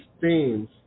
themes